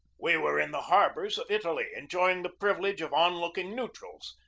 we were in the harbors of italy, enjoying the privilege of onlooking neutrals,